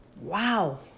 Wow